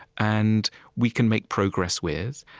and we can make progress with,